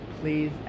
please